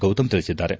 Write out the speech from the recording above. ಗೌತಮ್ ತಿಳಿಸಿದ್ದಾರೆ